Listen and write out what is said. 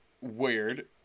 Weird